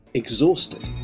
exhausted